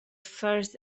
first